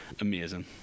amazing